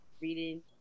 reading